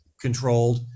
controlled